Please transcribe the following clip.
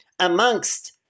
amongst